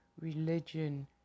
religion